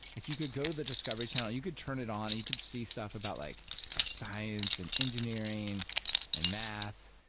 like you could go to the discovery channel and you could turn it on and you could see stuff about like science, and engineering and math,